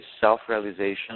self-realization